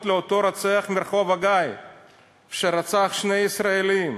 לאותו רוצח מרחוב הגיא שרצח שני ישראלים.